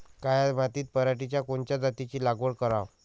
काळ्या मातीत पराटीच्या कोनच्या जातीची लागवड कराव?